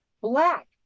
black